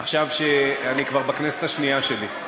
עכשיו שאני כבר בכנסת השנייה שלי.